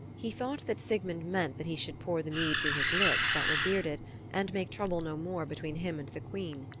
he thought that sigmund meant that he should pour the mead through his lips that were bearded and make trouble no more between him and the queen.